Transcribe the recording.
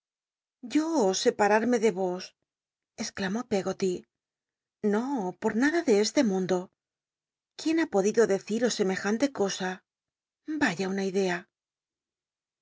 yo sepamrme de ros exclamó pcggoty no por nada de este mundo quién ha podido deciros tiemejanle cosa raya una idea